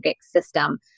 system